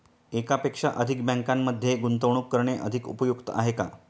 एकापेक्षा अधिक बँकांमध्ये गुंतवणूक करणे अधिक उपयुक्त आहे का?